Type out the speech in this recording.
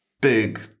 big